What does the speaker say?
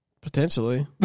Potentially